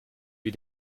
wie